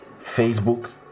facebook